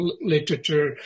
literature